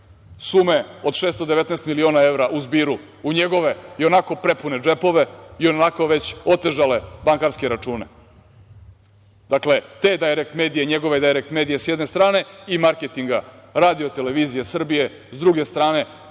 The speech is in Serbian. sume od 619 miliona evra u zbiru u njegove i onako prepune džepove i onako već otežale bankarske račune. Dakle, te „Dajrekt medije“, njegove „Dajrekt medije“, s jedne strane, i marketinga RTS-a, s druge strane,